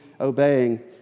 obeying